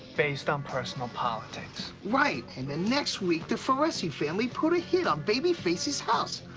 based on personal politics. right, and the next week, the foresci family put a hit on babyface's house.